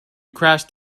crashed